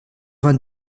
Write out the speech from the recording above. vingt